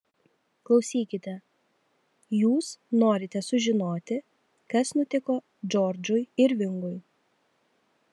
klausykite jūs norite sužinoti kas nutiko džordžui irvingui